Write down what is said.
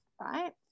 right